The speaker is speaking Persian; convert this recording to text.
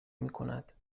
میکند